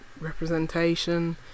representation